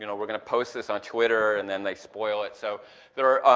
you know we're going to post this on twitter and then they spoil it. so there are,